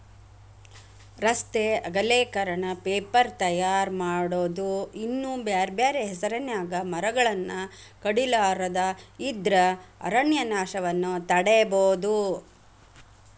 ರಸ್ತೆ ಅಗಲೇಕರಣ, ಪೇಪರ್ ತಯಾರ್ ಮಾಡೋದು ಇನ್ನೂ ಬ್ಯಾರ್ಬ್ಯಾರೇ ಹೆಸರಿನ್ಯಾಗ ಮರಗಳನ್ನ ಕಡಿಲಾರದ ಇದ್ರ ಅರಣ್ಯನಾಶವನ್ನ ತಡೇಬೋದು